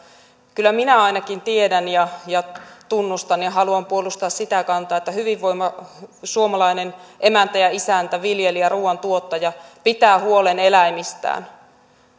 kyllä minä ainakin tiedän ja ja tunnustan ja haluan puolustaa sitä kantaa että hyvinvoiva suomalainen emäntä ja isäntä viljelijä ruoantuottaja pitää huolen eläimistään